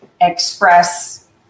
express